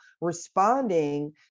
responding